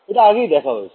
এটা আগেই দেখা হয়েছে